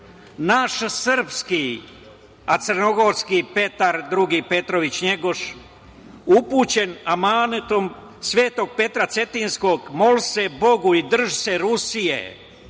srpski, a crnogorski Petar Drugi Petrović Njegoš upućen amanetom Svetog Petra Cetinjskog - moli se Bogu i drži se Rusije